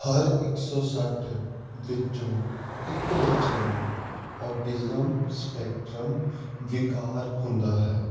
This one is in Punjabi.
ਹਰ ਇੱਕ ਸੋ ਸੱਠ ਵਿੱਚੋਂ ਇੱਕ ਬੱਚੇ ਨੂੰ ਔਟਿਜ਼ਮ ਸਪੈਕਟ੍ਰਮ ਵਿਕਾਰ ਹੁੰਦਾ ਹੈ